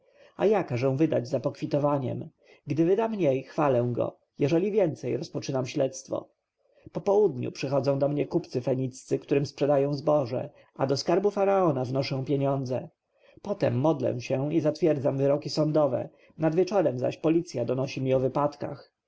a ja każę wydać za pokwitowaniem gdy wyda mniej chwalę go jeżeli więcej rozpoczynam śledztwo po południu przychodzą do mnie kupcy feniccy którym sprzedaję zboże a do skarbu faraona wnoszę pieniądze potem modlę się i zatwierdzam wyroki sądowe nad wieczorem zaś policja donosi mi o wypadkach